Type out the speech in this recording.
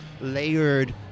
layered